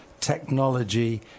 technology